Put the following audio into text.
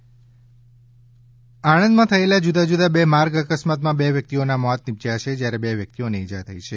આણંદ અકસ્માત આણંદમાં થયેલા જુદા જુદા બે માર્ગ અકસ્માતમાં બે વ્યક્તિઓનાં મોત નિપજ્યાં છે જ્યારે બે વ્યક્તિઓને થઈ છે